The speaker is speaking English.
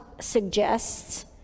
suggests